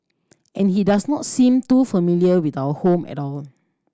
and he does not seem too familiar with our home at all